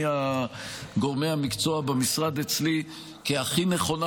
גורמי המקצוע במשרד אצלי כהכי נכונה,